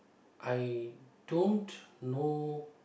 I don't know